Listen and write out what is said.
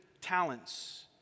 talents